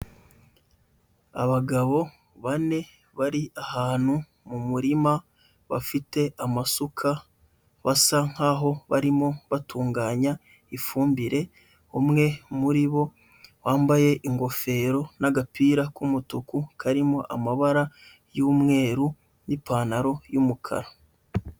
Abagabo bane, bari ahantu mu murima bafite amasuka basa nkaho barimo batunganya ifumbire, umwe muri bo wambaye ingofero n'agapira k'umutuku, karimo amabara y'umweru n'ipantaro y'umukara.